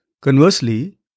Conversely